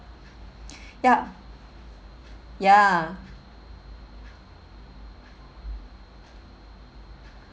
yup ya